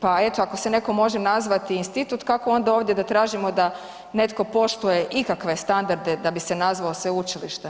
Pa eto, ako se netko može nazvati institut, kako onda ovdje da tražimo da netko poštuje ikakve standarde da bi se nazvao sveučilištem?